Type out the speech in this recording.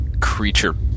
Creature